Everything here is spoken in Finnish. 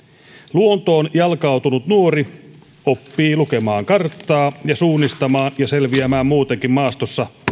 luontoon jalkautunut nuori oppii lukemaan karttaa ja suunnistamaan ja selviämään muutenkin maastossa